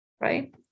right